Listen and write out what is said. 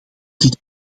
dit